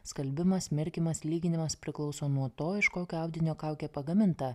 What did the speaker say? skalbimas mirkymas lyginimas priklauso nuo to iš kokio audinio kaukė pagaminta